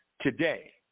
today